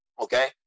Okay